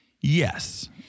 Yes